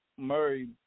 Murray